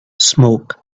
smoke